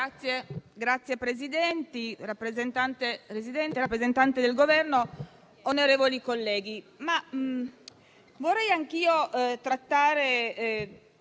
Signor Presidente, rappresentante del Governo, onorevoli colleghi,